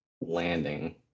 landing